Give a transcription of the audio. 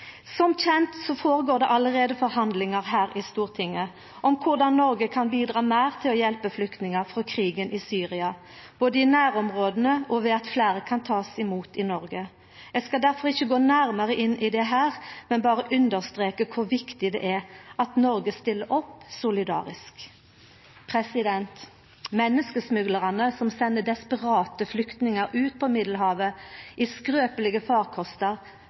Som kjent føregår det allereie forhandlingar her i Stortinget om korleis Noreg kan bidra meir til å hjelpa flyktningar frå krigen i Syria, både i nærområda og ved at fleire kan takast imot i Noreg. Eg skal difor ikkje gå nærmare inn i det her, men berre understreka kor viktig det er at Noreg stiller solidarisk opp. Menneskesmuglarane som sender desperate flyktningar ut på Middelhavet i skrøpelege farkostar,